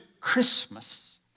Christmas